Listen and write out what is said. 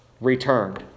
returned